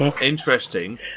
interesting